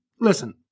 listen